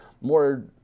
more